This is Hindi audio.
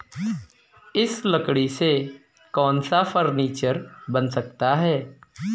इस लकड़ी से कौन सा फर्नीचर बन सकता है?